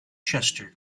chester